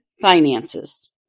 finances